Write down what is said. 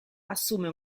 assume